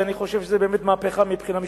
ואני באמת חושב שזאת באמת מהפכה מבחינה משפטית.